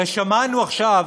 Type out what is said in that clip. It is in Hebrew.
הרי שמענו עכשיו